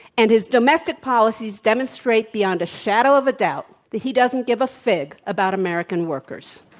and his domestic policies demonstrate beyond a shadow of a doubt that he doesn't give a fig about american workers.